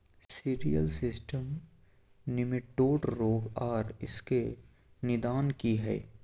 Cereal system nematode रोग आर इसके निदान की हय?